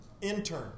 intern